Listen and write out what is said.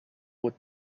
what